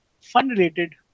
fun-related